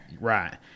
right